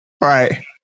right